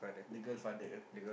the girl father